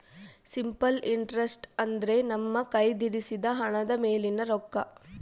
simple interest ಅಂದ್ರೆ ನಮ್ಮ ಕಯ್ದಿರಿಸಿದ ಹಣದ ಮೇಲಿನ ರೊಕ್ಕ